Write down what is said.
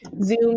zoom